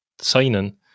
signing